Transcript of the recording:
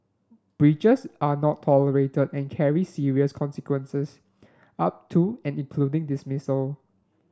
breaches are not tolerated and carry serious consequences up to and including dismissal